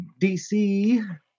DC